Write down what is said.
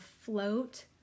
float